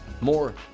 more